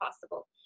possible